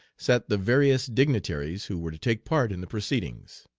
sat the various dignitaries who were to take part in the proceedings.